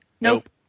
Nope